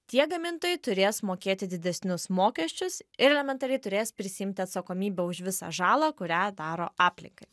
tie gamintojai turės mokėti didesnius mokesčius ir elementariai turės prisiimti atsakomybę už visą žalą kurią daro aplinkai